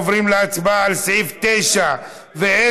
עוברים להצבעה על סעיף 9 ו-10,